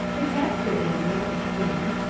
the captured animals are skinned,